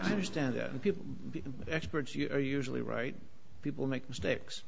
to understand that and people experts you're usually right people make mistakes